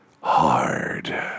hard